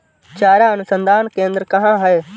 चारा अनुसंधान केंद्र कहाँ है?